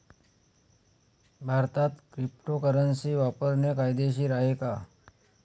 भारतात क्रिप्टोकरन्सी वापरणे कायदेशीर आहे का?